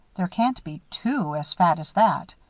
there can't be two as fat as that.